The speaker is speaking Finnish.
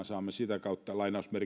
saamme sitä kautta